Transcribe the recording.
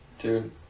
Dude